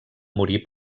morir